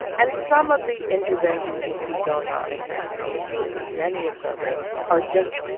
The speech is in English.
and some of the interventions you see going on, in fact, probably many of them are just,